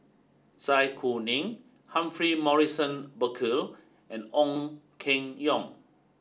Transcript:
Zai Kuning Humphrey Morrison Burkill and Ong Keng Yong